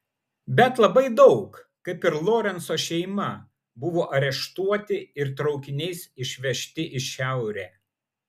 bet labai daug kaip ir lorenco šeima buvo areštuoti ir traukiniais išvežti į šiaurę